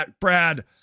Brad